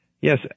Yes